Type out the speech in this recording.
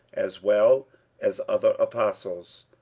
as well as other apostles,